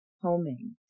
Homing